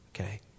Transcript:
Okay